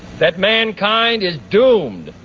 that mankind is doomed,